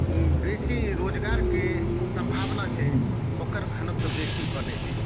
बेसी रोजगारक़े सम्भवना छै ओकर घनत्व बेसी बनैत छै